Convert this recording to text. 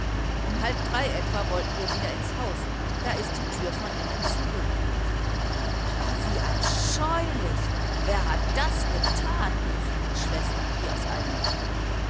um halb drei uhr etwa wollen wir wieder ins haus da ist die türe von innen zugeriegelt aber wie abscheulich wer hat das getan riefen die schwestern wie aus einem mund